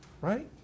right